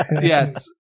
Yes